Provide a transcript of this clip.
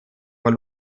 von